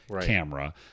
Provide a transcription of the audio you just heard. camera